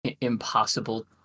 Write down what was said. impossible